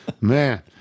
Man